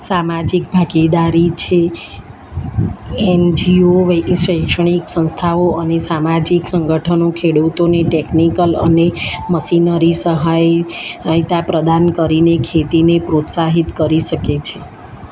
સામાજિક ભાગીદારી છે એન જી ઓ શૈક્ષણિક સંસ્થાઓ અને સામાજિક સંગઠનો ખેડૂતોને ટેકનિકલ અને મસીનરી સહાય યતા પ્રદાન કરીને ખેતીને પ્રોત્સાહિત કરી શકે છે